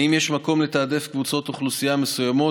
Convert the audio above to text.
האם יש מקום לתעדף קבוצות אוכלוסייה מסוימות?